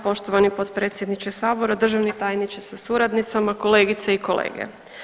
Poštovani potpredsjedniče sabora, državni tajniče sa suradnicama, kolegice i kolege.